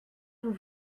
vous